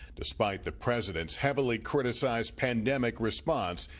despite the president's heavily criticized pandemic response,